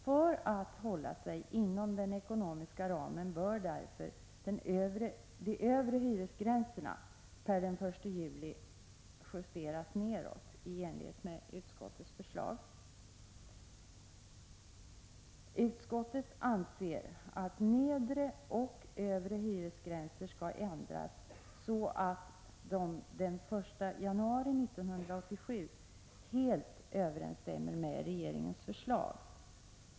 För att hålla sig inom den ekonomiska ramen bör därför de övre hyresgränserna per den 1 juli justeras nedåt i enlighet med utskottets förslag. Utskottet anser att nedre och övre hyresgränser skall ändras så att de den 1 januari 1987 helt överensstämmer med regeringens förslag.